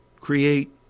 create